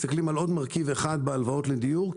מרכיב אחד בהלוואות לדיור,